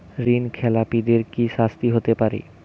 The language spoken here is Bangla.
ঋণ খেলাপিদের কি শাস্তি হতে পারে?